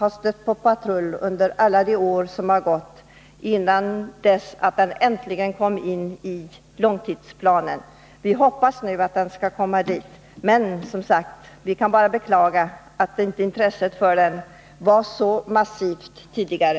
Vi stötte på patrull vid alla de diskussioner som fördes genom åren, innan bron äntligen kom in i långtidsplanen. Jag kan bara beklaga att intresset för den inte var så massivt tidigare.